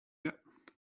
yet